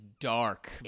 dark